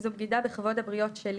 זו בגידה בכבוד הבריות שלי.